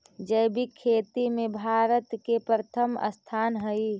जैविक खेती में भारत के प्रथम स्थान हई